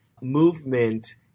movement